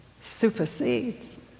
supersedes